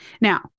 Now